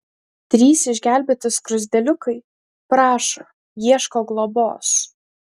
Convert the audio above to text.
trys išgelbėti skruzdėliukai prašo ieško globos